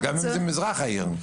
גם אם זה במזרח העיר.